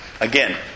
Again